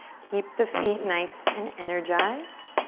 keep the feet nice and energized.